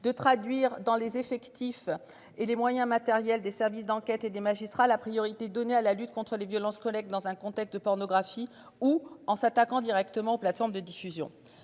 de traduire dans les effectifs et les moyens matériels des services d'enquête et des magistrats, la priorité donnée à la lutte contre les violences collègues dans un contexte de pornographie ou en s'attaquant directement aux plateformes de diffusion